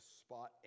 spot